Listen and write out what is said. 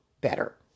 better